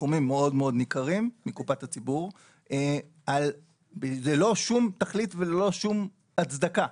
סכומים מאוד ניכרים מקופת הציבור ללא שום תכלית וללא שום הצדקה.